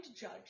judge